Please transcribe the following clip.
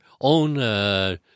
own